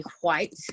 white